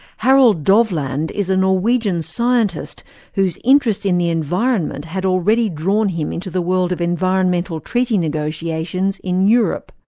harold dovland is a norwegian scientist whose interest in the environment had already drawn him into the world of environmental treaty negotiations in europe.